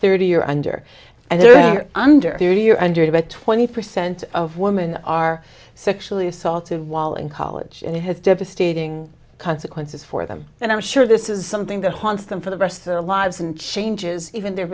thirty you're under and they're under thirty you're under about twenty percent of women are sexually assaulted while in college and have devastating consequences for them and i'm sure this is something that haunts them for the rest of their lives and changes even their